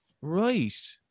Right